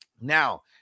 now